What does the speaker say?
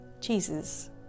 Jesus